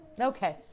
Okay